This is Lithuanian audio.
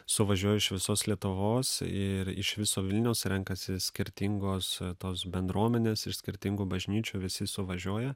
suvažiuoja iš visos lietuvos ir iš viso vilniaus renkasi skirtingos tos bendruomenės iš skirtingų bažnyčių visi suvažiuoja